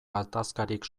gatazkarik